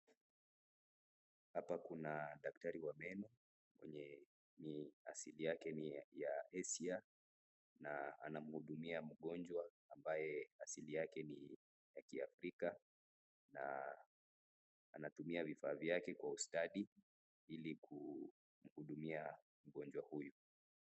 Hapa Kuna daktari wa meno, mwenye asili yake ni Asia anamuhudumia mugonjwa ambaye asili ni ya kiafrica na anatumia vifaa vyake Kwa ustadi ilikumuhudumia mgonjwa huyu